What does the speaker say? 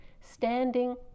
standing